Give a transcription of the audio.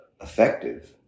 effective